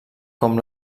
com